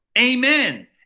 Amen